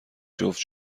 جفت